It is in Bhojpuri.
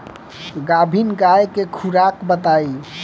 गाभिन गाय के खुराक बताई?